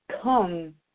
come